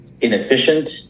inefficient